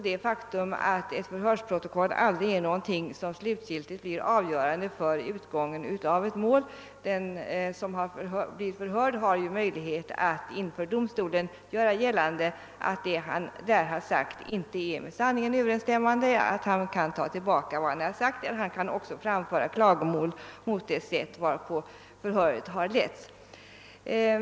Dessutom blir ett förhörsprotokoll aldrig avgörande för utgången i ett mål — den förhörde har möjlighet att inför domstolen göra gällande att vad han har sagt inte är med sanningen överensstämmande, han kan ta tillbaka vad han har sagt och även anföra klagomål mot det sätt varpå förhöret har letts.